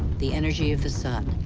the energy of the sun,